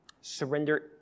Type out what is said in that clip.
Surrender